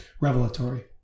revelatory